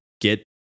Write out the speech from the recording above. get